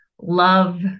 love